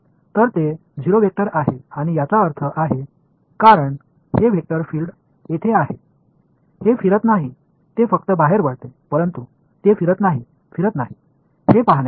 எனவே இது ஒரு 0 வெக்டர் மற்றும் இந்த வெக்டர் பீல்டு இருப்பதால் இது அர்த்தமுள்ளதாக இருக்கிறது இது சுழலவில்லை வேறுபட்டு விலகிச் செல்கின்றது